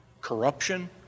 corruption